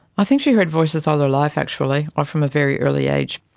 i think she heard voices all her life actually or from a very early age,